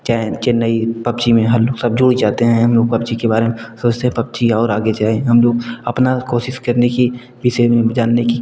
चाहे चेन्नई पब्जी में हम पबजी जुड़ जाते हैं हम लोग पबजी के बारे में सोचते हैं पबजी और आगे जाए हम लोग अपना कोशिश करने के विषय में जानने की